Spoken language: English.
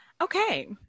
okay